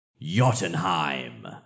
Jotunheim